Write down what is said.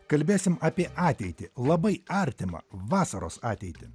kalbėsim apie ateitį labai artimą vasaros ateitį